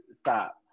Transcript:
stop